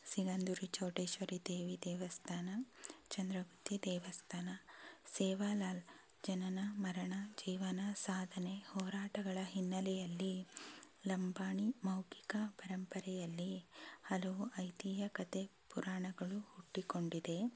ಸಿಗಂದೂರು ಚೌಡೇಶ್ವರಿದೇವಿ ದೇವಸ್ಥಾನ ಚಂದ್ರಗುತ್ತಿ ದೇವಸ್ಥಾನ ಸೇವಾಲಾಲ್ ಜನನ ಮರಣ ಜೀವನ ಸಾಧನೆ ಹೋರಾಟಗಳ ಹಿನ್ನೆಲೆಯಲ್ಲಿ ಲಂಬಾಣಿ ಮೌಖಿಕ ಪರಂಪರೆಯಲ್ಲಿ ಹಲವು ಐತಿಹ್ಯ ಕತೆ ಪುರಾಣಗಳು ಹುಟ್ಟಿಕೊಂಡಿದೆ